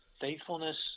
faithfulness